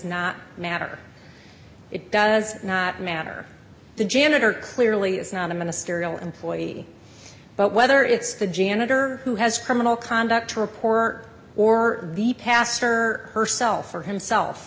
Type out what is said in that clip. not matter it does not matter the janitor clearly is not a ministerial employee but whether it's the janitor who has criminal conduct to report or the pastor or herself or himself